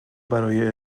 برای